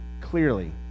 clearly